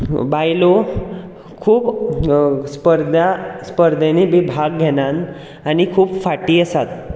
बायलों खूब स्पर्धा स्पर्धांनी बी भाग घेनात आनी खूब फाटीं आसात